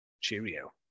cheerio